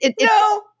No